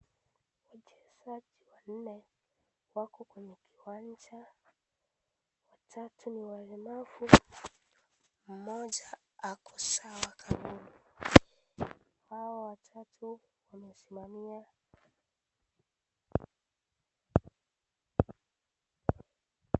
Wachezaji wanne wako kwenye kiwanja. Watatu ni walemavu, mmoja ako sawa kabisa. Hawa watatu wamesimama magongo.